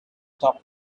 top